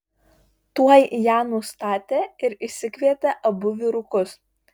tuoj ją nustatė ir išsikvietė abu vyrukus